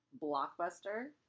Blockbuster